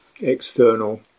external